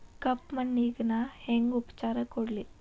ಕಪ್ಪ ಮಣ್ಣಿಗ ನಾ ಹೆಂಗ್ ಉಪಚಾರ ಕೊಡ್ಲಿ?